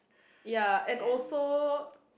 ya and also